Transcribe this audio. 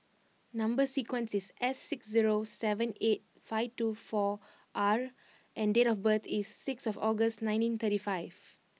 number sequence is S six zero seven eight five two four R and date of birth is sixth August nineteen thirty five